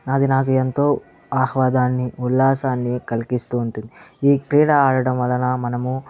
అది నాకు ఎంతో ఆహ్వాదాన్ని ఉల్లాసాన్ని కల్గిస్తూ ఉంటుంది ఈ క్రీడ ఆడటం వలన మనము